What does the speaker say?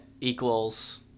equals